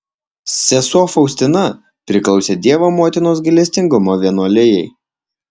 sesuo faustina priklausė dievo motinos gailestingumo vienuolijai